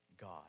God